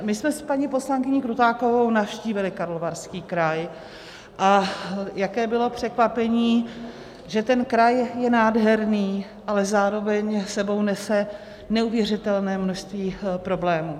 My jsme s paní poslankyní Krutákovou navštívily Karlovarský kraj, a jaké bylo překvapení, že ten kraj je nádherný, ale zároveň s sebou nese neuvěřitelné množství problémů.